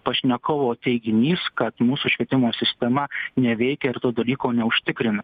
pašnekovo teiginys kad mūsų švietimo sistema neveikia ir to dalyko neužtikrina